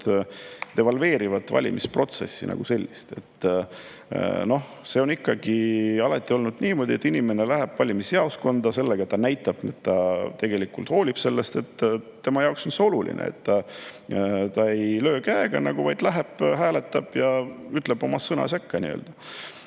devalveerivad valimisprotsessi kui sellist. Ikkagi on alati olnud niimoodi, et inimene läheb valimisjaoskonda. Sellega ta näitab, et ta tegelikult hoolib sellest, et tema jaoks on see oluline. Ta ei löö käega, vaid läheb ja hääletab ja ütleb oma sõna sekka